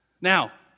Now